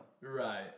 Right